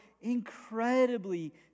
incredibly